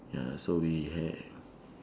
ya so we have